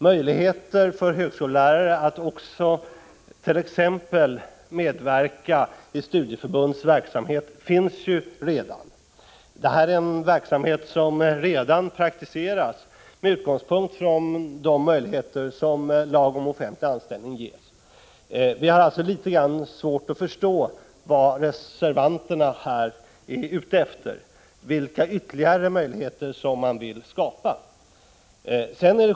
Möjligheter för högskolelärare att också medverka i t.ex. studieförbundens verksamhet finns redan. Det är en verksamhet som redan praktiseras med utgångspunkt i de möjligheter som lagen om offentlig anställning medger. Vi har alltså litet svårt att förstå vad reservanterna är ute efter, vilka ytterligare möjligheter de vill skapa.